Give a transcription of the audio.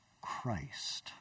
Christ